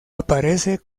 aparece